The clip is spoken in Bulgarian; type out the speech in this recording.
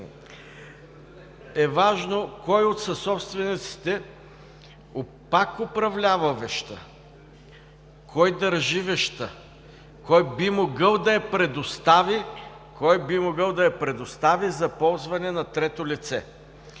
е важно кой от съсобствениците пак управлява вещта, кой държи вещта, кой би могъл да я предостави за ползване на трето лице.